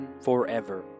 forever